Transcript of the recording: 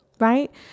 right